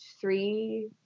three